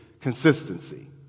consistency